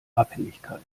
abhängigkeit